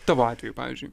tavo atveju pavyzdžiui